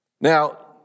Now